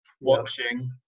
watching